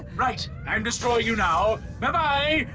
right. i'll destroy you now. bye-bye.